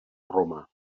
roma